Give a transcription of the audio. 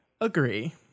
agree